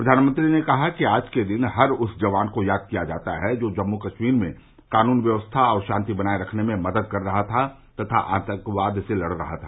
प्रधानमंत्री ने कहा कि आज के दिन हर उस जवान को याद किया जाता है जो जम्मू कश्मीर में कानून व्यवस्था और शांति बनाये रखने में मदद कर रहा तथा आतंकवाद से लड़ रहा है